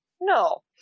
No